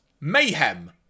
Mayhem